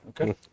okay